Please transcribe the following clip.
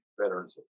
veterans